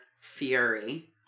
fury